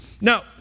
Now